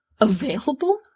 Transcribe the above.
available